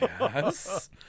Yes